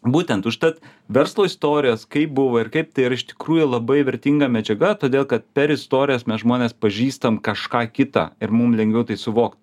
būtent užtat verslo istorijos kaip buvo ir kaip tai yra iš tikrųjų labai vertinga medžiaga todėl kad per istorijas mes žmones pažįstam kažką kitą ir mum lengviau tai suvokt